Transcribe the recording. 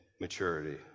maturity